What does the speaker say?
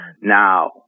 now